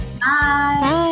Bye